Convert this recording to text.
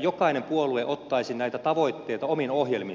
jokainen puolue ottaisi näitä tavoitteita omiin ohjelmiinsa